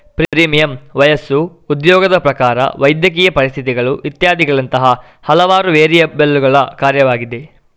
premium ವಯಸ್ಸು, ಉದ್ಯೋಗದ ಪ್ರಕಾರ, ವೈದ್ಯಕೀಯ ಪರಿಸ್ಥಿತಿಗಳು ಇತ್ಯಾದಿಗಳಂತಹ ಹಲವಾರು ವೇರಿಯಬಲ್ಲುಗಳ ಕಾರ್ಯವಾಗಿದೆ